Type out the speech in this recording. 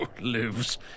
Lives